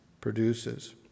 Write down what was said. produces